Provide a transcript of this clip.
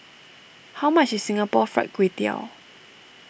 how much is Singapore Fried Kway Tiao